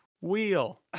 wheel